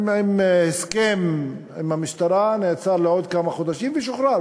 עם הסכם עם המשטרה הוא נעצר לעוד כמה חודשים ושוחרר,